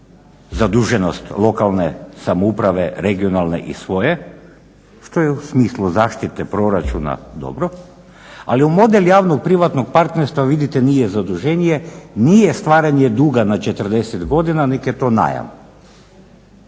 zaduženost lokalne samouprave, regionalne i svoje što je u smislu zaštite proračuna dobro ali u model javno-privatnog partnerstva nije zaduženje, nije stvaranje duga na 40 godina nego je to najam.